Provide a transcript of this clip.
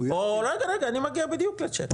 רגע, רגע, אני מגיע בדיוק לצ'ק